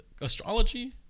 astrology